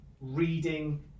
reading